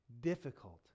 difficult